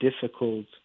difficult